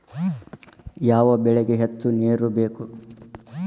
ಯಾವ ಬೆಳಿಗೆ ಹೆಚ್ಚು ನೇರು ಬೇಕು?